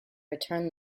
return